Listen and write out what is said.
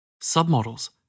submodels